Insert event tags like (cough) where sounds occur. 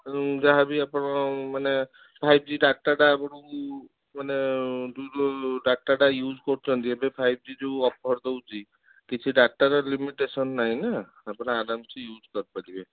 (unintelligible) ଯାହା ବି ଆପଣ ମାନେ ଫାଇଭ୍ ଜି ଡାଟାଟା ଆପଣଙ୍କୁ ମାନେ (unintelligible) ଯେଉଁ ଡାଟାଟା ୟ୍ୟୁଜ୍ କରୁଛନ୍ତି ଏବେ ଫାଇଭ୍ ଜି ଯେଉଁ ଅଫର୍ ଦେଉଛି କିଛି ଡାଟାର ଲିମିଟେସନ୍ ନାହିଁ ନା ଆପଣ ଆରାମ ସେ ୟ୍ୟୁଜ୍ କରିପାରିବେ